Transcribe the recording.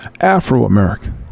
afro-american